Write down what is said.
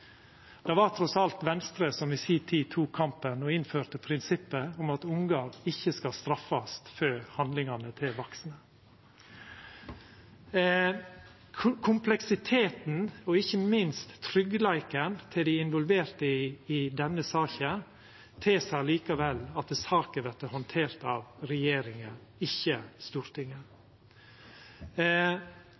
Det var trass alt Venstre som i si tid tok kampen og innførte prinsippet om at ungar ikkje skal straffast for handlingane til vaksne. Kompleksiteten og ikkje minst tryggleiken til dei involverte i denne saka tilseier likevel at saka vert handtert av regjeringa, ikkje av Stortinget.